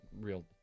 real